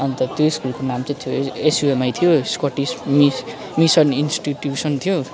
अन्त त्यो स्कुलको नाम चाहिँ थियो एसयुएमआई थियो स्कटिस मिस मिसन इन्स्टिट्युसन थियो